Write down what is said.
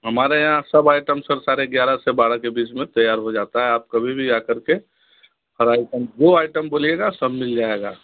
हमारे यहाँ सब आइटम सर साढ़े एग्यारह से बारह के बीच में तैयार हो जाता है आप कभी भी आ कर के हर आइटम जो आइटम बोलिएगा सब मिल जाएगा